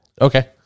Okay